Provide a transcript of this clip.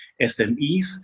SMEs